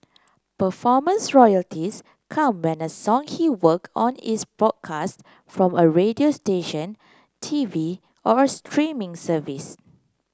performance royalties come when a song he worked on is broadcast from a radio station T V or a streaming service